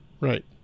Right